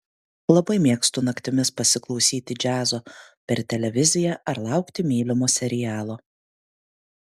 labai mėgstu naktimis pasiklausyti džiazo per televiziją ar laukti mylimo serialo